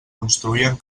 construïen